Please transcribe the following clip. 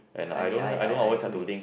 I mean I I I agree